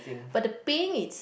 but the peng is